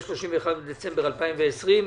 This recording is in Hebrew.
31 בדצמבר 2021,